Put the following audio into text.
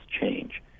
change